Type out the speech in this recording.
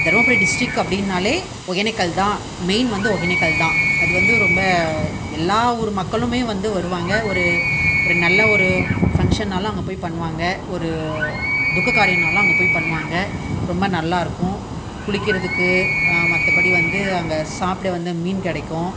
Dharmapuri district அப்படின்னாலே ஒகேனக்கல்தான் main வந்து ஒகேனக்கல்தான் அது வந்து ரொம்ப எல்லா ஊர் மக்களுமே வந்து வருவாங்க ஒரு ஒரு நல்ல ஒரு ஃபங்க்ஷன்னாலும் அங்கே போய் பண்ணுவாங்கள் ஒரு துக்க காரியம்னாலும் அங்கே போய் பண்ணுவாங்கள் ரொம்ப நல்லாருக்கும் குளிக்கிறதுக்கு மற்றபடி வந்து அங்கே சாப்பிட வந்து மீன் கிடைக்கும்